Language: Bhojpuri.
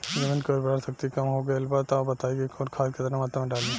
जमीन के उर्वारा शक्ति कम हो गेल बा तऽ बताईं कि कवन खाद केतना मत्रा में डालि?